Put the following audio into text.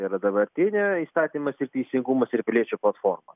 tai yra dabartinė įstatymas ir teisingumas ir piliečių platforma